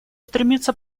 стремится